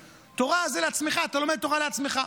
תורה זה לעצמך, אתה לומד תורה לעצמך.